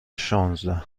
شانزده